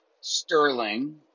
Sterling